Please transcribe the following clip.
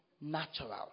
natural